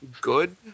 good